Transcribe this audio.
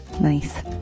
nice